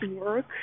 work